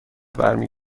برمی